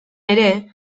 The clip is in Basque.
ere